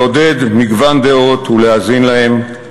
לעודד מגוון דעות ולהאזין להן,